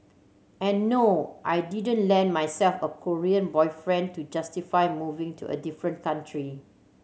and no I didn't land myself a Korean boyfriend to justify moving to a different country